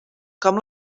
com